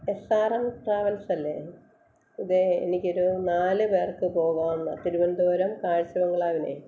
S R L travels അല്ലേ ഇത് എനിക്കൊരു നാല് പേർക്ക് പോവാനുള്ള തിരുവനന്തപുരം കാഴ്ച്ച ബംഗ്ലാവിലെ